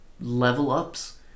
level-ups